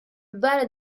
balle